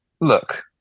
look